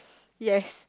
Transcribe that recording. yes